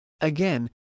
Again